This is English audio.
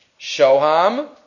Shoham